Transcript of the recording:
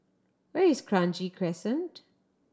where is Kranji Crescent